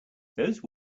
those